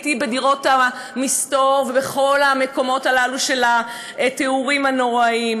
הייתי בדירות המסתור ובכל המקומות הללו של התיאורים הנוראיים.